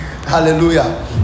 Hallelujah